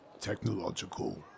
technological